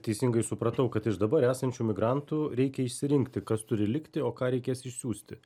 teisingai supratau kad iš dabar esančių migrantų reikia išsirinkti kas turi likti o ką reikės išsiųsti